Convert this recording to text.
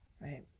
Right